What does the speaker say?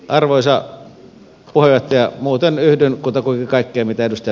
arvoisat puheet ja otan yhden kuta kuin kaikki mitä tästä